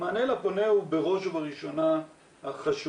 המענה לפונה הוא בראש ובראשונה החשוב,